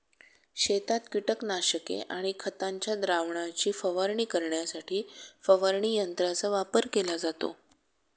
शेतात कीटकनाशके आणि खतांच्या द्रावणाची फवारणी करण्यासाठी फवारणी यंत्रांचा वापर केला जातो